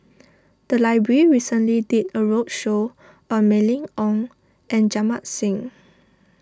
the library recently did a Roadshow on Mylene Ong and Jamit Singh